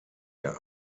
der